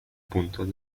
puntos